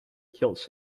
kills